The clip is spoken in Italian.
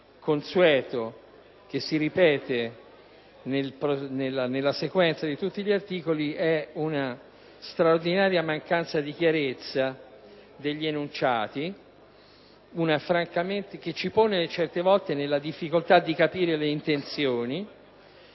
consueto che si ripete nella sequenza di tutti gli articoli, è una straordinaria mancanza di chiarezza degli enunciati, che ci pone certe volte nella difficoltà di capire le intenzioni,